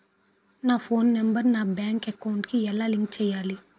నా phone number నా bank account కి ఎలా లింక్ చేయాలి?